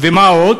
ומה עוד?